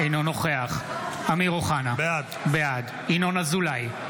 אינו נוכח אמיר אוחנה, בעד ינון אזולאי,